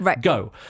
Go